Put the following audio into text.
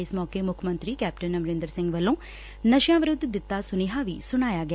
ਇਸ ਮੌਕੇ ਮੁੱਖ ਮੰਤਰੀ ਕੈਪਟਨ ਅਮਰੰਦਰ ਸਿੰਘ ਵੱਲੋਂ ਨਸ਼ਿਆਂ ਵਿਰੁੱਧ ਦਿੱਤਾ ਸੁਨੇਹਾ ਵੀ ਸੁਣਾਇਆ ਗਿਆ